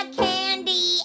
candy